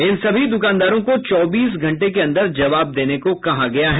इन सभी दुकानदारों को चौबीस घंटे के अंदर जवाब देने को कहा गया है